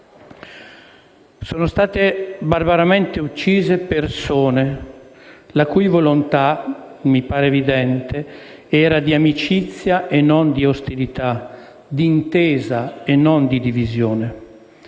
Sono state barbaramente uccise persone la cui volontà - mi pare evidente - era di amicizia e non di ostilità, di intesa e non di divisione.